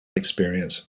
experience